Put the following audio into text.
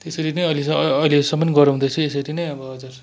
त्यसरी नै अहिलेसम्म अहिलेसम्म गराउँदै छु यसरी नै अब हजुर